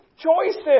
choices